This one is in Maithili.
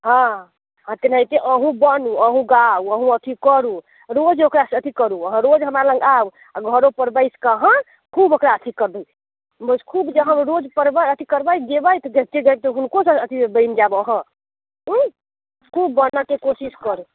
हँ तेनाहिते अहूँ बनू अहूँ गाउ अहूँ अथी करू रोज ओकरा अथी करू अहाँ रोज हमरा लग आउ आ घरो पर बैसके अहाँ खूब ओकरा अथी करू खूब जे हम रोज करबै अथी करबै गयबै तऽ गाबिते गाबिते हुनको से अथी बनि जायब अहाँ खूब बनऽके कोशिश करू